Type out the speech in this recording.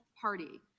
party